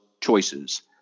choices